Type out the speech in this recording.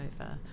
over